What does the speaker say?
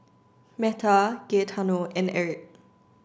Metta Gaetano and Erik